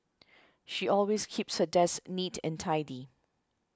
she always keeps her desk neat and tidy